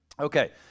Okay